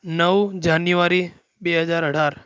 નવ જાન્યુઆરી બે હજાર અઢાર